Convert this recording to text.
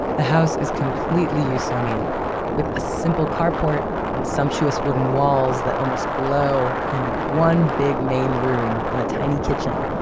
the house is completely usonian with a simple carport and sumptuous wooden walls that almost glow and one big main room and a tiny kitchen.